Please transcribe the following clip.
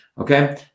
Okay